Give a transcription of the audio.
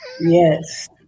yes